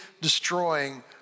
destroying